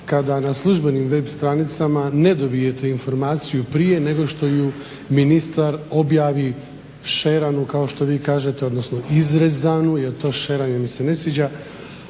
kada na službenim web stranicama ne dobijete informaciju prije nego što ju ministar objavi sharanu kao što vi kažete odnosno izrezanu jer to sharano mi se ne sviđa,